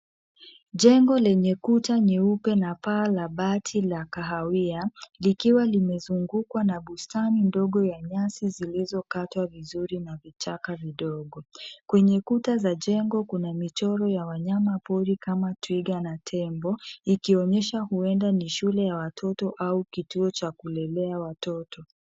Jengo lenye kuta nyeupe na paa la bati ya kahawia likiwa limezungukwa na bustani ndogo ya nyasi zilizokatwa vizuri na vichaka vidogo. Kwenye kuta za jengo kuna michoro ya wanyama pori kama twiga na tembo ikionyesha huenda ni shule ya watoto au kituo cha kulelea watoto.